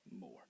more